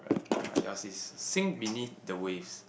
alright yours is sing beneath the waves